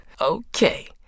Okay